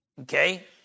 Okay